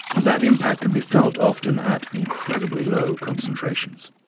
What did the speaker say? and that impact can be felt often at incredibly low concentrations.